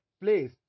place